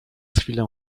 chwilę